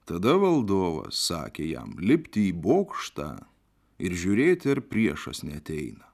tada valdovas sakė jam lipti į bokštą ir žiūrėti ar priešas neateina